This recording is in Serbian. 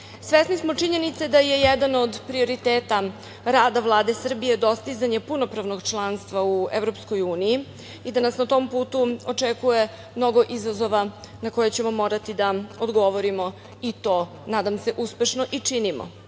smo činjenica da je jedan od prioriteta rada Vlade Srbije dostizanje punopravnog članstva u EU i da nas na tom putu očekuje mnogo izazova na koje ćemo morati da odgovorimo i to nadam se uspešno i činimo.